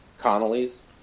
Connolly's